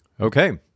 Okay